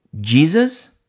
Jesus